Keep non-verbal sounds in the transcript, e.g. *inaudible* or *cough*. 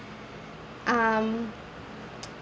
um *noise*